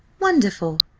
wonderful!